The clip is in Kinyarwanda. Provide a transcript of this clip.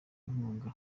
inkunga